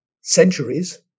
centuries